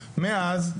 מאז,